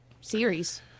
series